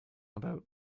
about